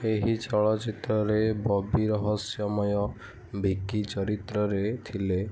ଏହି ଚଳଚ୍ଚିତ୍ରରେ ବବି ରହସ୍ୟମୟ ଭିକି ଚରିତ୍ରରେ ଥିଲେ